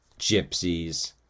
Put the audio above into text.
gypsies